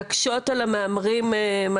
חסר היום ברגולציה כדי להקשות על המהמרים להתמכר.